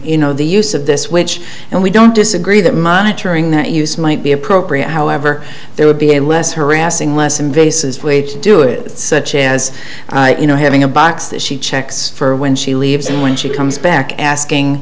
you know the use of this which and we don't disagree that monitoring that use might be appropriate however there would be a less harassing less invasive way to do it such as you know having box that she checks for when she leaves and when she comes back asking